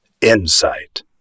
Insight